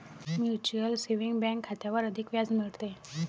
mutual saving bank खात्यावर अधिक व्याज मिळते